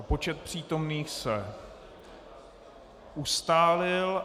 Počet přítomných se ustálil.